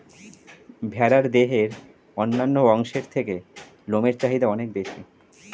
ভেড়ার দেহের অন্যান্য অংশের থেকে লোমের চাহিদা অনেক বেশি